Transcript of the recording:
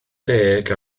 deg